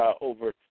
over